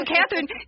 Catherine